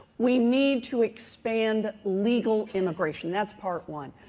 we need to expand legal immigration. that's part one.